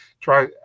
try